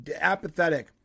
apathetic